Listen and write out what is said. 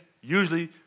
usually